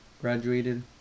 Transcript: graduated